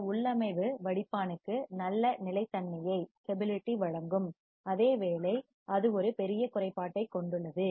இந்த உள்ளமைவு வடிப்பானுக்கு நல்லநிலைத்தன்மையை ஸ்டபிலிடி வழங்கும் அதே வேளை இது ஒரு பெரிய குறைபாட்டைக் கொண்டுள்ளது